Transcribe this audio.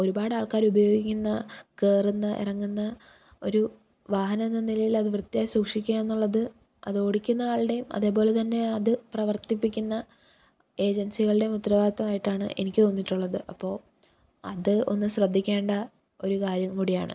ഒരുപാട് ആൾക്കാര് ഉപയോഗിക്കുന്ന കയറുന്ന ഇറങ്ങുന്ന ഒരു വാഹനം എന്ന നിലയിൽ അത് വൃത്തിയായി സൂക്ഷിക്കുക എന്നുള്ളത് അത് ഓടിക്കുന്ന ആളുടെയും അതേപോലെതന്നെ അത് പ്രവർത്തിപ്പിക്കുന്ന ഏജൻസികളുടെയും ഉത്തരവാദിത്തമായിട്ടാണ് എനിക്ക് തോന്നിയിട്ടുള്ളത് അപ്പോള് അത് ഒന്ന് ശ്രദ്ധിക്കേണ്ട ഒരു കാര്യംകൂടിയാണ്